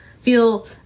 feel